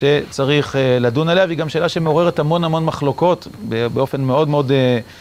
זה צריך לדון עליה, והיא גם שאלה שמעוררת המון המון מחלוקות, באופן מאוד מאוד...